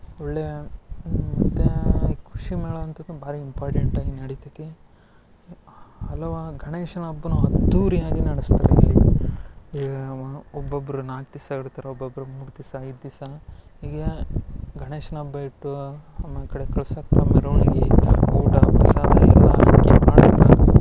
ಒಳ್ಳೆಯ ಮತ್ತು ಕೃಷಿ ಮೇಳ ಅಂಥಕ್ಕಂದು ಭಾರಿ ಇಂಪಾರ್ಟೆಂಟ್ ಆಗಿ ನಡಿತೈತಿ ಹಲವು ಗಣೇಶನ ಹಬ್ಬನು ಅದ್ದೂರಿಯಾಗಿ ನಡೆಸ್ತಾರೆ ಇಲ್ಲಿ ಈ ವ ಒಬ್ಬೊಬ್ಬರು ನಾಲ್ಕು ದಿವ್ಸ ಇಡ್ತಾರೆ ಒಬ್ಬೊಬ್ಬರು ಮೂರು ದಿವ್ಸ ಐದು ದಿವ್ಸ ಹೀಗೆ ಗಣೇಶನ ಹಬ್ಬ ಇಟ್ಟು ನಮ್ಮ ಕಡೆ ಕಳ್ಸಕ್ಕೆ ಮೆರವಣಿಗೆ ಊಟ ಪ್ರಸಾದ ಎಲ್ಲ ಹಾಕಿ ಮಾಡ್ತಾರ